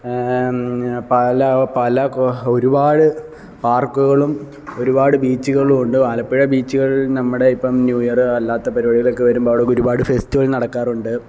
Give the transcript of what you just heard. പല പല ഒരുപാട് പാർക്കുകളും ഒരുപാട് ബീച്ചുകളും ഉണ്ട് ആലപ്പുഴ ബീച്ചുകൾ നമ്മുടെ ഇപ്പം ന്യൂ യേർ അല്ലാത്ത പരിപാടികളൊക്കെ വരുമ്പം ഒരുപാട് ഫെസ്റ്റിവൽ നടക്കാറുണ്ട്